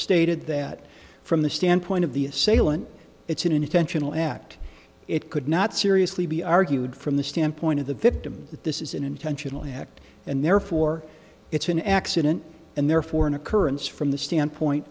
stated that from the standpoint of the assailant it's an intentional act it could not seriously be argued from the standpoint of the victims that this is an intentional act and therefore it's an accident and therefore an occurrence from the standpoint